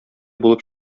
булып